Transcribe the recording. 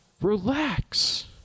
relax